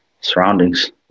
Surroundings